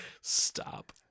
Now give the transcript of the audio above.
Stop